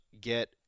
get